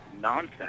nonsense